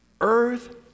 earth